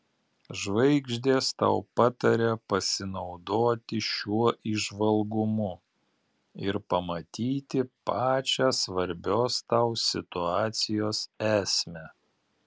žvaigždės tau pataria pasinaudoti šiuo įžvalgumu ir pamatyti pačią svarbios tau situacijos esmę